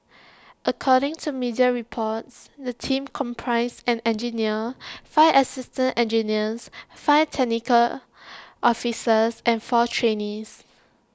according to media reports the team comprised an engineer five assistant engineers five technical officers and four trainees